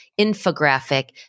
infographic